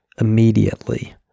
immediately